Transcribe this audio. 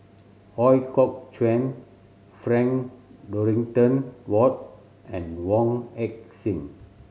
Ooi Kok Chuen Frank Dorrington Ward and Wong Heck Sing